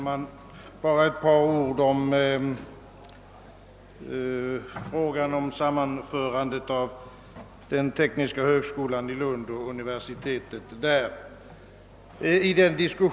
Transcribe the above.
Herr talman! Jag skall bara säga ett par ord om sammanförandet av den tekniska högskolan i Lund och universitetet där.